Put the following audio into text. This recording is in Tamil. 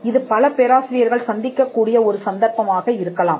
இது பல பேராசிரியர்கள் சந்திக்கக் கூடிய ஒரு சந்தர்ப்பமாக இருக்கலாம்